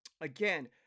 Again